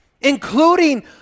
including